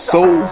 Soul